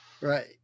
Right